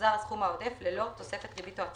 יוחזר הסכום העודף ללא תוספת ריבית או הצמדה."